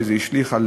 שהשליך על